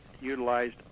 utilized